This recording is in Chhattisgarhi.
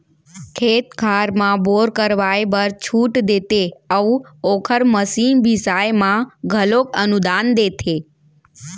खेत खार म बोर करवाए बर छूट देते अउ ओखर मसीन बिसाए म घलोक अनुदान देथे